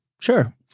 Sure